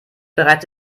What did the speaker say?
bereits